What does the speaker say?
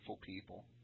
people